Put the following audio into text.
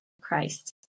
Christ